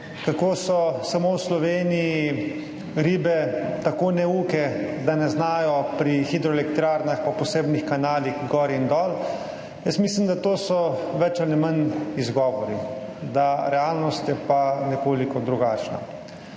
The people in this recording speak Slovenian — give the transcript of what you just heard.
kako so samo v Sloveniji ribe tako neuke, da ne znajo pri hidroelektrarnah po posebnih kanalih gor in dol. Jaz mislim, da so to več ali manj izgovori, da je pa realnost nekoliko drugačna.